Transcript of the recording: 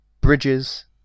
bridges